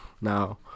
Now